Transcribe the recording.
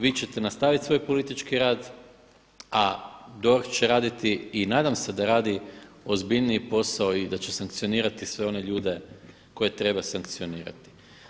Vi ćete nastaviti svoj politički rad a DORH će raditi i nadam se da radi ozbiljniji posao i da će sankcionirati sve one ljude koje treba sankcionirati.